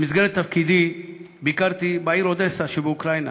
במסגרת תפקידי ביקרתי בעיר אודסה שבאוקראינה